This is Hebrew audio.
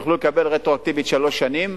שיוכלו לקבל רטרואקטיבית שלוש שנים,